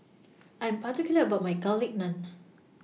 I Am particular about My Garlic Naan